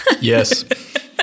Yes